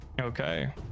okay